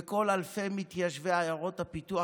וכל אלפי מתיישבי עיירות הפיתוח,